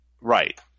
right